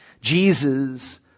Jesus